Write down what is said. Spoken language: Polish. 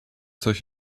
coś